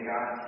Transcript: God